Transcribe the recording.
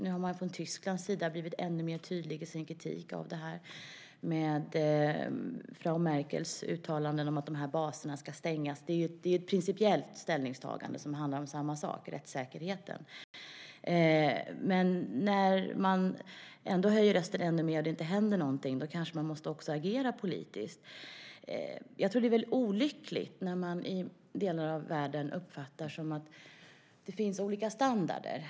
Nu har man från Tysklands sida blivit ännu mer tydlig i sin kritik av detta med Frau Merkels uttalande om att baserna ska stängas. Det är ett principiellt ställningstagande som handlar om samma sak, rättssäkerheten. Men när man höjer rösten ännu mer och det ändå inte händer någonting kanske man också måste agera politiskt. Jag tror att det är olyckligt när man i delar av världen uppfattar att det finns olika standard.